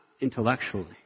Intellectually